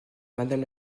madame